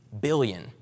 billion